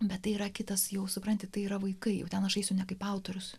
bet tai yra kitas jau supranti tai yra vaikai jau ten aš eisiu ne kaip autorius